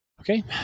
Okay